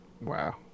Wow